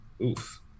Oof